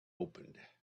opened